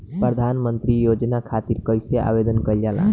प्रधानमंत्री योजना खातिर कइसे आवेदन कइल जाला?